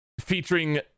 featuring